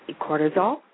cortisol